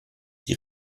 die